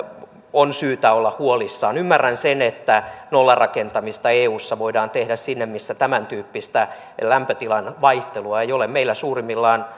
on syytä olla huolissaan ymmärrän sen että nollarakentamista eussa voidaan tehdä sinne missä tämäntyyppistä lämpötilan vaihtelua ei ole meillä suurimmillaan